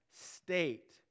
state